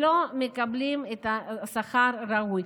לא מקבלים שכר ראוי.